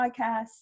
podcasts